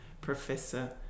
Professor